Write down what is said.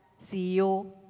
CEO